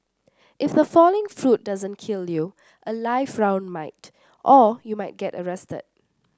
if the falling fruit doesn't kill you a live round might or you might get arrested